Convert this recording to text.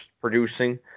producing